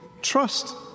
trust